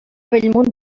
bellmunt